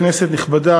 כנסת נכבדה,